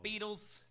Beatles